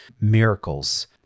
miracles